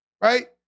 right